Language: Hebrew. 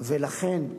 ולכן,